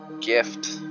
gift